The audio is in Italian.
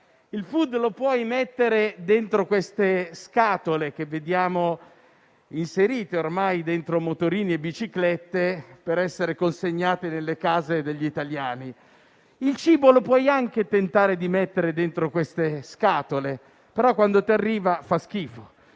Il *food* lo puoi mettere dentro le scatole che vediamo ormai attaccate a motorini e biciclette per essere consegnato nelle case degli italiani; il cibo puoi anche tentare di metterlo dentro quelle scatole, ma quando ti arriva fa schifo.